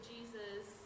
Jesus